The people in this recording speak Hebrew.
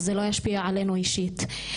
אז זה לא ישפיע עלינו אישית.